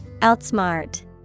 Outsmart